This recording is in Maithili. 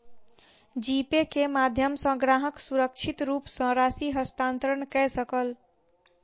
जी पे के माध्यम सॅ ग्राहक सुरक्षित रूप सॅ राशि हस्तांतरण कय सकल